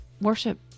worship